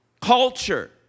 Culture